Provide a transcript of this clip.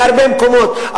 בהרבה מקומות,